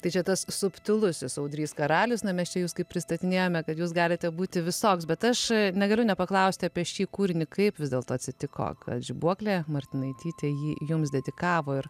tai čia tas subtilusis audrys karalius na mes čia jus kaip pristatinėjome kad jūs galite būti visoks bet aš negaliu nepaklausti apie šį kūrinį kaip vis dėlto atsitiko kad žibuoklė martinaitytė jį jums dedikavo ir